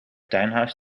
tuinhuis